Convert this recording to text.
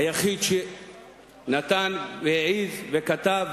היחיד שנתן והעז וכתב.